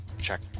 check